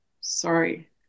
sorry